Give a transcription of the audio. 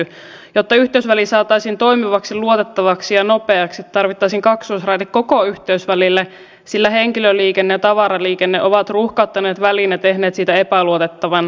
jotta yhteysväli saataisiin toimivaksi luotettavaksi ja nopeaksi tarvittaisiin kaksoisraide koko yhteysvälille sillä henkilöliikenne ja tavaraliikenne ovat ruuhkauttaneet välin ja tehneet siitä epäluotettavan